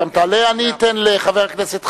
אני אתן לחבר הכנסת חנין,